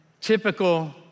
typical